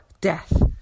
death